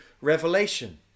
revelation